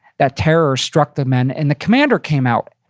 that terror struck the men. and the commander came out.